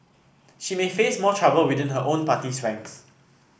she may face more trouble within her own party's ranks